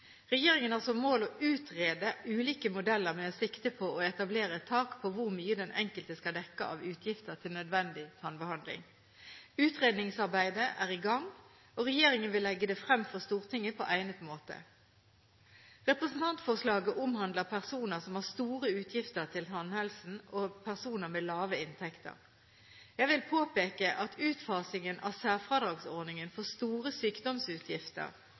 Regjeringen har som mål å utrede ulike modeller med sikte på å etablere et tak på hvor mye den enkelte skal dekke av utgifter til nødvendig tannbehandling. Utredningsarbeidet er i gang, og regjeringen vil legge det frem for Stortinget på egnet måte. Representantforslaget omhandler personer som har store utgifter til tannhelsen, og personer med lave inntekter. Jeg vil påpeke at utfasingen av særfradragsordningen for store sykdomsutgifter